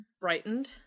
brightened